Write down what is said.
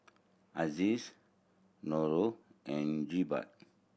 Aziz Noh and Jebat